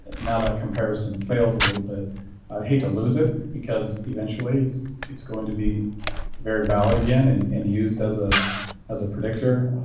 now that comparison fails a little bit. i hate to lose it because eventually it's. it's going to be very valid again and and used as a as a predictor,